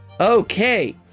Okay